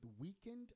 weakened